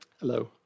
Hello